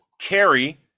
carry